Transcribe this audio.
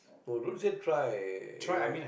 bro don't say try